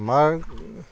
আমাৰ